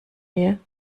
wir